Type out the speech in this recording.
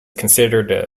considered